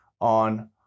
on